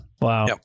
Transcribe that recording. Wow